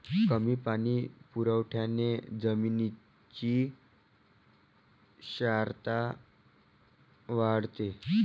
कमी पाणी पुरवठ्याने जमिनीची क्षारता वाढते